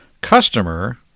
Customer